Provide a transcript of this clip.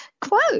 quote